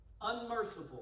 unmerciful